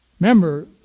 Remember